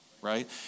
right